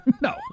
No